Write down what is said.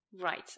Right